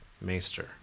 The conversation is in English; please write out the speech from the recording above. maester